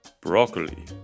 Broccoli